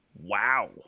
Wow